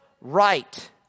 right